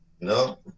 No